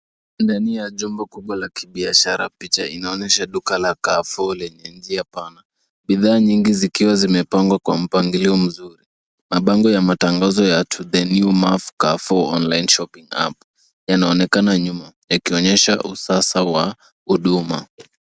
Ndani ya jumba kubwa la kibiashara picha inaonyesha duka la Carrefour lenye njia pana. Bidhaa nyingi zikiwa zimepangwa kwa mpangilio mzuri. Mabango ya matangazo ya to the new maf Carrefour online shopping app yanaonekana nyuma yakionyesha usasa wa huduma.